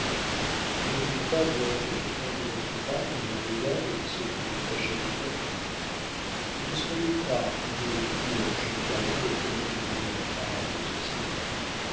ne devez-vous pas vous hâter de prendre votre place dans la pléiade qui se produit à chaque époque vous ne sauriez croire combien il est utile à un jeune talent d'être mis en lumière par la haute société